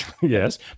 Yes